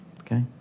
Okay